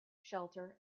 shelter